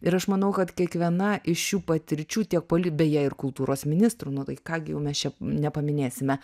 ir aš manau kad kiekviena iš šių patirčių tiek poli beje ir kultūros ministrų nu tai ką gi jau mes čia nepaminėsime